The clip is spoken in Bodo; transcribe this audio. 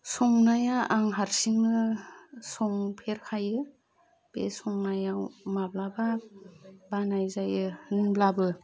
संनाया आं हारसिंनो संफेरखायो बे संनायाव माब्लाबा बानायजायो मुलाबो